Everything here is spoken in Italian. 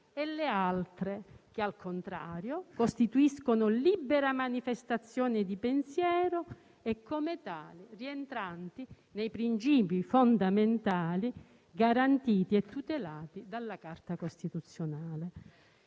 e le altre che, al contrario, costituiscono libera manifestazione di pensiero e, come tali, rientranti nei principi fondamentali garantiti e tutelati dalla Carta costituzionale.